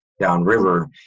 downriver